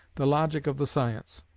the logic of the science.